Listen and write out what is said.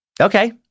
Okay